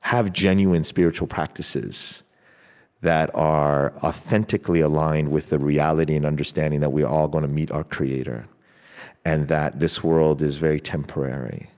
have genuine spiritual practices that are authentically aligned with the reality and understanding that we are all going to meet our creator and that this world is very temporary